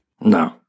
No